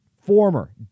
former